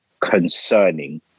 concerning